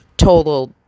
total